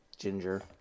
Ginger